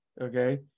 okay